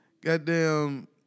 Goddamn